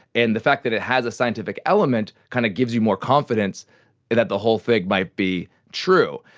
and the fact that it has a scientific element kind of gives you more confidence that the whole thing might be true.